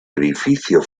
edificio